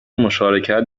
مشارکت